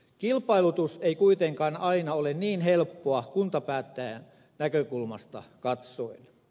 kilpailutus ei kuitenkaan aina ole niin helppoa kuntapäättäjän näkökulmasta katsoen